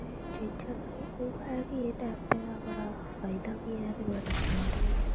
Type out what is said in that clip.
ते चीजां दा बी ओह् ऐ कि एह् ऐपें दा बड़ा फायदा बी ऐ ते बड़ा नुकसान बी ऐ